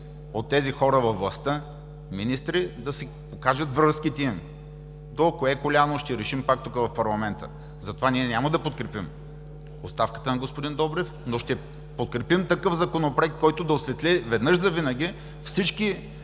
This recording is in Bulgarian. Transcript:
от тези хора във властта, министри, да си кажат връзките – до кое коляно, ще решим пак тук в парламента. Затова ние няма да подкрепим оставката на господин Добрев, но ще подкрепим такъв законопроект, който да осветли веднъж завинаги всички